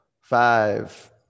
Five